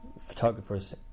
photographers